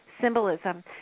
symbolism